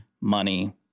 money